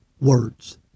words